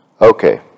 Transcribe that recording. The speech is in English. Okay